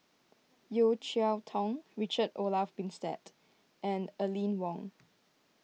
Yeo Cheow Tong Richard Olaf Winstedt and Aline Wong